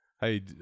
Hey